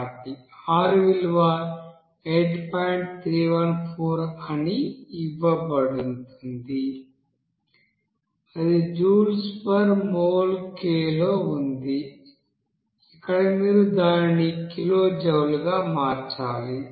314 అని ఇవ్వబడుతుంది అది జూల్మోల్ K లో ఉంది ఇక్కడ మీరు దానిని కిలోజౌల్గా మార్చాలి